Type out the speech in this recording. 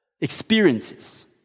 experiences